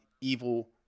evil